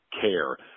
care